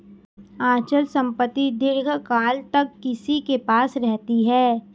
अचल संपत्ति दीर्घकाल तक किसी के पास रहती है